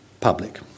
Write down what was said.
public